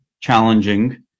challenging